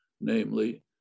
namely